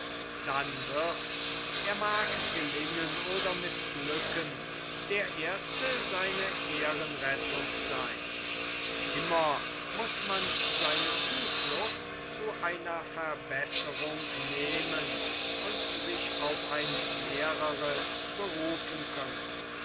dann wird er mag gelingen oder mißglücken der erste seine ehrenrettung seyn immer muß man seine zuflucht zu einer verbesserung nehmen und sich auf ein mehreres berufen können